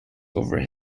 over